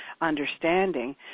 understanding